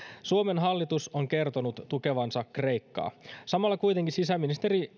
suomen hallitus on kertonut tukevansa kreikkaa samalla kuitenkin sisäministeri